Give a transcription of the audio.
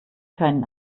keinen